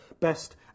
best